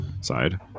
side